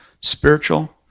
spiritual